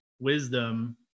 wisdom